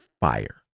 fire